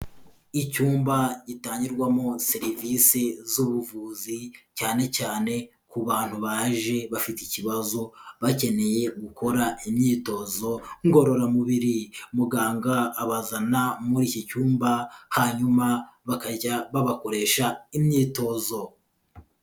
Icyumba gitangirwamo serivisi z'ubuvuzi cyanecyane ku bantu baje bafite ikibazo, bakeneye gukora imyitozo ngororamubiri. Muganga abavana muri iki cyumba, hanyuma bakajya babakoresha imyitozo.